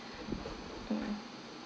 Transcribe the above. mm